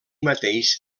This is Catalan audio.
mateix